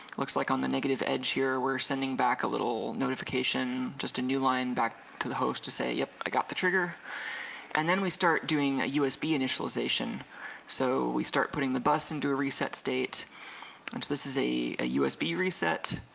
looks like on the negative edge here we're sending back a little notification just a new line back to the host to say yep, i got the trigger and then we start doing a usb initialization so we start putting the bus into a reset state and this is a a usb reset